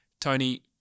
Tony